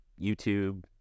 YouTube